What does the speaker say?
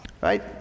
right